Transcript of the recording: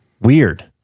Weird